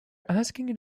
asking